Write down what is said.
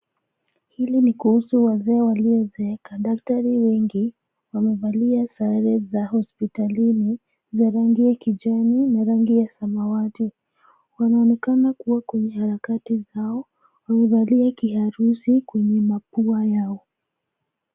Hili ni kuhusu wazee waliozeeka. Daktari wengi wamevalia sare za hospitalini za rangi ya kijani na rangi ya samawati. Wanaonekana kuwa kwenye harakati zao. Wamevalia kiharusi kwenye mapua yao.